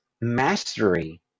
Mastery